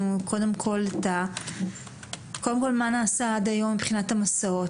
קודם כול מה נעשה עד היום מבחינת המסעות.